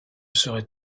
serais